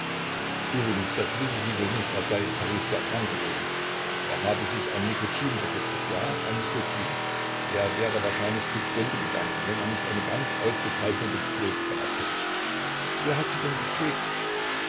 übrigens das wisse sie wohl nicht er sei in paris sehr krank gewesen er habe sich an nikotin vergiftet ja an nikotin er wäre wahrscheinlich zu grunde gegangen wenn er nicht eine ganz ausgezeichnete pflege gehabt hätte wer hat sie denn gepflegt